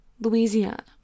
Louisiana